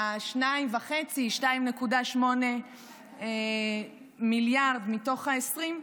2.5, 2.8 מיליארד מתוך ה-20,